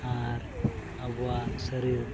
ᱟᱨ ᱟᱵᱚᱣᱟᱜ ᱥᱟᱨᱤᱨ